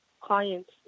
clients